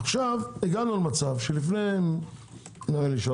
עכשיו הגענו למצב שלפני שלוש,